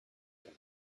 can